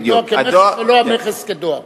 הדואר כמכס ולא המכס כדואר.